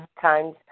times